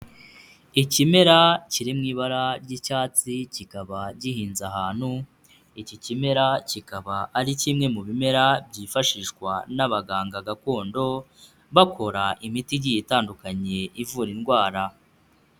Ikimera kiri mu ibara ry'icyatsi kikaba gihinze ahantu, iki kimera kikaba ari kimwe mu bimera byifashishwa n'abaganga gakondo, bakora imiti igiye itandukanye ivura indwara.